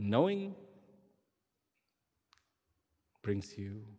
knowing brings you